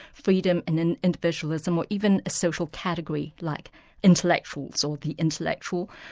freedom and and individualism, or even a social category, like intellectuals or the intellectual,